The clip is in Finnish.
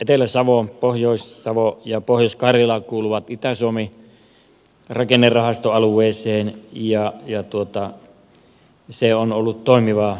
etelä savo pohjois savo ja pohjois karjala kuuluvat itä suomen rakennerahastoalueeseen ja se on ollut toimivaa yhteistyötä